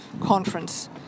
conference